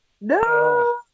No